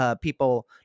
people